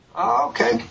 okay